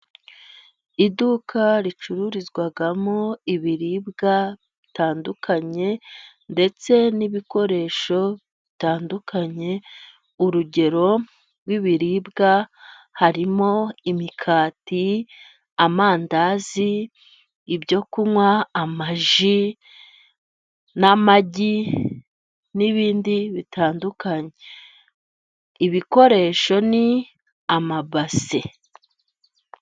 Iduka ricururizwamo ibiribwa bitandukanye ndetse n'ibikoresho bitandukanye . Urugero rw'ibiribwa harimo: Imikati, amandazi ibyo kunywa, amaji n'amagi, n'ibindi bitandukanye. Ibikoresho ni amabase.